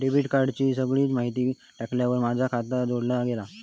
debit कार्डाची सगळी माहिती टाकल्यार माझा खाता जोडला गेला